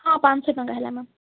ହଁ ପାଞ୍ଚ ଶହ ଟଙ୍କା ହେଲା ମ୍ୟାମ୍